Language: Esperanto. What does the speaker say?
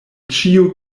ĉiu